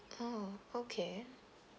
oh okay